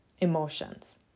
emotions